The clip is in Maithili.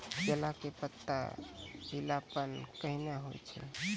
केला के पत्ता पीलापन कहना हो छै?